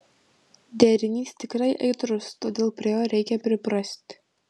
derinys tikrai aitrus todėl prie jo reikia priprasti